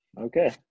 Okay